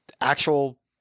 actual